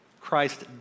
Christ